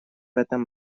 этом